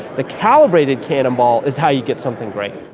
the calibrated cannonball is how you get something great.